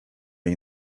jej